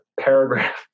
paragraph